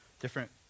different